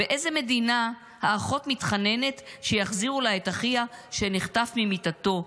"באיזו מדינה האחות מתחננת שיחזירו לה את אחיה שנחטף ממיטתו,